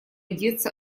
деться